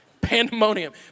Pandemonium